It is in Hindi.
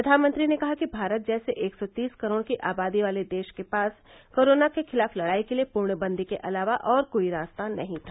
प्रधानमंत्री ने कहा कि भारत जैसे एक सौ बीस करोड़ की आबादी वाले देश के पास कोरोना के खिलाफ लड़ाई के लिए प्रणबंदी के अलावा और कोई रास्ता नहीं था